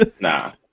Nah